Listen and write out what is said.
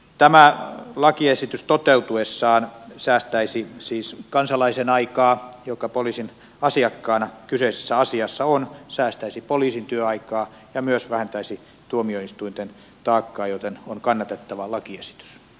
tämä lakiesitys toteutuessaan säästäisi siis sen kansalaisen aikaa joka poliisin asiakkaana kyseisessä asiassa on säästäisi poliisin työaikaa ja myös vähentäisi tuomioistuinten taakkaa joten kyseessä on kannatettava lakiesitys